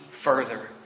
further